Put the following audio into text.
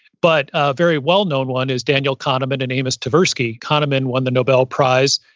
but a very well-known one is daniel kahneman and amos tversky. kahneman won the nobel prize,